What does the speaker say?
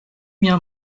bien